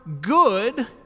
good